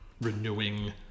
renewing